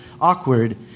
awkward